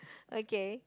okay